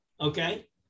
Okay